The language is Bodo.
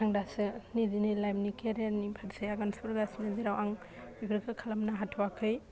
आं दासो निजिनि लाइफनि केरियारनि फारसे आगान सुरगासिनो जेराव आं बेफोरखो खालामनो हाथ'वाखै